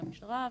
למשטרה,